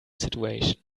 situation